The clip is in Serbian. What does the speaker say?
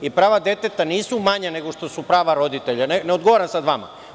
I prava deteta nisu manja nego što su prava roditelja, ne odgovaram sad vama.